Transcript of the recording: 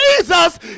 Jesus